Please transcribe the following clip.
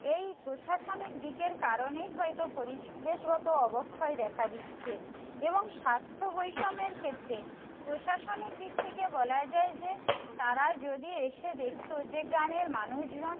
এই প্রশাসনিক দিকের কারণেই হয়তো পরিশবেশগত অবক্ষয় দেখা দিচ্ছে এবং স্বাস্থ্য বৈষম্যের ক্ষেত্রে প্রশাসনিক দিক থেকে বলা যায় যে তারা যদি এসে দেখত যে গ্রামের মানুষজন